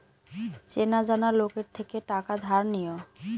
চেনা জানা লোকের থেকে টাকা ধার নিও